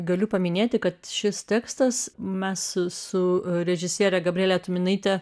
galiu paminėti kad šis tekstas mes su režisiere gabriele tuminaite